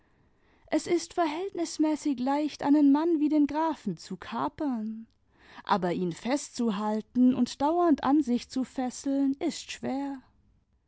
es ist verhältnismäßig leicht einen mann wie den grafen zu kapern aber ihn festzuhalten und dauernd an sich zu fesseln ist schwer